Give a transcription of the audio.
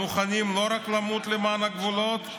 המוכנים לא רק למות למען הגבולות,